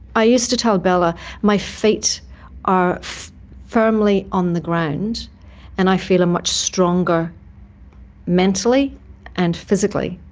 i used to tell bella my feet are firmly on the ground and i feel much stronger mentally and physically